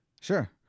Sure